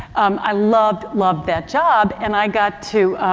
um, i loved, loved that job and i got to,